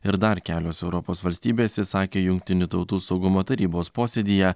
ir dar kelios europos valstybės įšsakė jungtinių tautų saugumo tarybos posėdyje